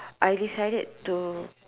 I decided to